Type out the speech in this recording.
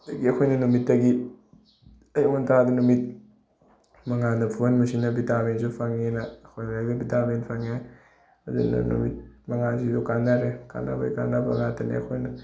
ꯑꯗꯨꯗꯒꯤ ꯑꯩꯈꯣꯏꯅ ꯅꯨꯃꯤꯠꯇꯒꯤ ꯑꯌꯨꯛ ꯉꯟꯇꯥꯗ ꯅꯨꯃꯤꯠ ꯃꯉꯥꯟꯗ ꯐꯨꯍꯟꯕꯁꯤꯅ ꯕꯤꯇꯥꯃꯤꯟꯁꯨ ꯐꯪꯏꯅ ꯑꯩꯈꯣꯏ ꯕꯤꯇꯥꯃꯤꯟ ꯐꯪꯉꯦ ꯑꯗꯨꯅ ꯅꯨꯃꯤꯠ ꯃꯉꯥꯟꯁꯤꯁꯨ ꯀꯥꯟꯅꯔꯦ ꯀꯥꯟꯅꯕꯒꯤ ꯀꯥꯟꯅꯕ ꯉꯥꯛꯇꯅꯤ ꯑꯩꯈꯣꯏꯅ